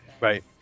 Right